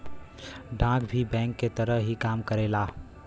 डाक भी बैंक के तरह ही काम करेला